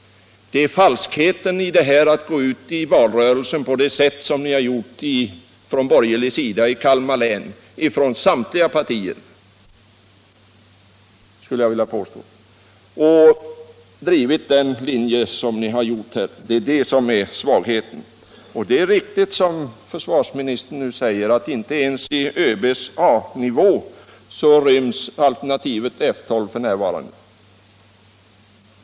Det är falskheten i att gå ut i valrörelsen på det sätt som har skett från samtliga borgerliga partier i Kalmar län som innebär svagheten. Det är riktigt som försvarsministern nu säger, att F 12 ryms inte ens i ÖB:s A-nivå.